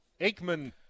Aikman